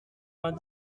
vingt